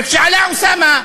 וכשעלה אוסאמה,